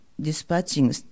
dispatching